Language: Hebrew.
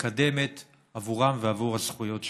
מקדמת עבורם ועבור הזכויות שלהם.